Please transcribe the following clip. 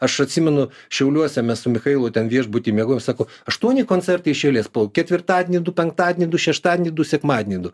aš atsimenu šiauliuose mes su michailu ten viešbuty miegojom sako aštuoni koncertai iš eilės po ketvirtadienį du penktadienį šeštadienį du sekmadienį du